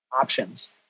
options